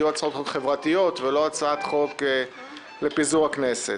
יהיו הצעות חוק חברתיות ולא הצעות חוק לפיזור הכנסת.